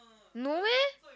no leh